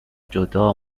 جدا